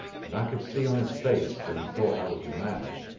and i could see on his face that he thought i was mad.